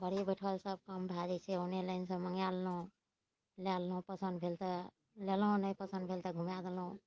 घरे बैसल सब काम भऽ जाइ छै ऑनलाइनसँ मँगा लेलहुॅं लए लेलहुॅं पसन्द भेल तऽ लेलहुॅं नहि पसन्द भेल तऽ घुमा देलहुॅं